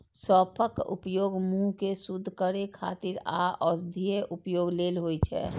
सौंफक उपयोग मुंह कें शुद्ध करै खातिर आ औषधीय उपयोग लेल होइ छै